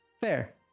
Fair